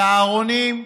צהרונים,